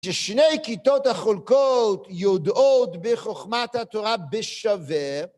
ששני כיתות החולקות יודעות בחוכמת התורה בשווה.